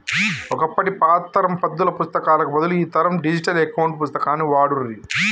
ఒకప్పటి పాత తరం పద్దుల పుస్తకాలకు బదులు ఈ తరం డిజిటల్ అకౌంట్ పుస్తకాన్ని వాడుర్రి